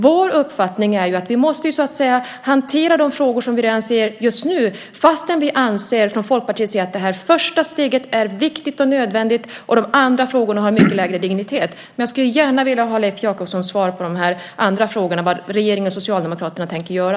Vår uppfattning är att vi måste hantera de frågor som vi redan nu ser. Men vi anser, från Folkpartiets sida, att det här första steget är viktigt och nödvändigt, och de andra frågorna har mycket lägre dignitet. Men jag skulle gärna vilja ha Leif Jakobssons svar på de här andra frågorna om vad regeringen och Socialdemokraterna tänker göra.